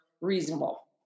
reasonable